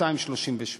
2.38,